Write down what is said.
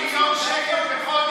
מעל לרבע מיליון שקל בחודש.